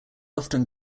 often